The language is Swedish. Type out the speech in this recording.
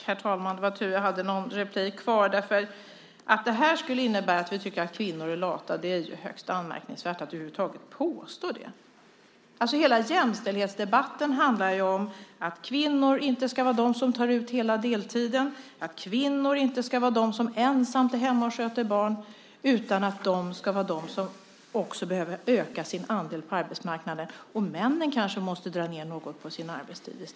Herr talman! Det var tur att jag hade en replik kvar. Det är högst anmärkningsvärt att över huvud taget påstå att det här skulle innebära att vi tycker att kvinnor är lata. Hela jämställdhetsdebatten handlar om att det inte är kvinnor som ska ta ut hela deltiden, att det inte är kvinnor som ska vara ensamma hemma och sköta barnen. De ska öka sin andel på arbetsmarknaden. I stället kanske männen måste dra ned på sin arbetstid.